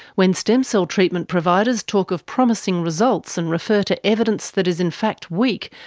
when stem cell treatment providers talk of promising results and refer to evidence that is in fact weak,